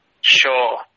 Sure